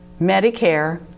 Medicare